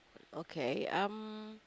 okay um